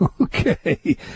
Okay